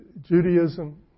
Judaism